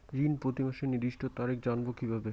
ঋণ প্রতিমাসের নির্দিষ্ট তারিখ জানবো কিভাবে?